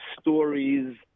stories